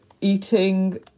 eating